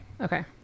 Okay